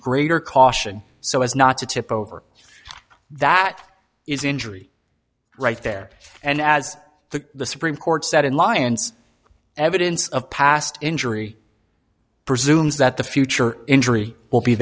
greater caution so as not to tip over that is injury right there and as the supreme court said in lyons evidence of past injury presumes that the future injury will be